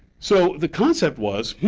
so the concept was, hmm,